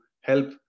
help